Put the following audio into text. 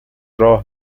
راه